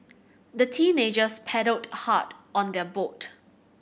the teenagers paddled hard on their boat